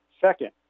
Second